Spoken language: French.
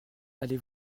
allez